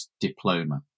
diploma